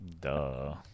Duh